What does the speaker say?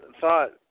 thought